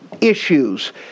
issues